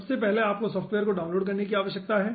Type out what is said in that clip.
सबसे पहले आपको सॉफ्टवेयर को डाउनलोड करने की आवश्यकता है